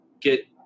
get